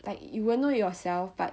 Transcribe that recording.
like you will know it yourself but